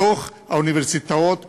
בתוך האוניברסיטאות והמכללות,